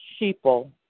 sheeple